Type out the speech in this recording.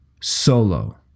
solo